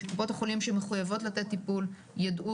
שקופות החולים שמחויבות לתת טיפול ידעו